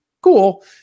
cool